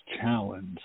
challenge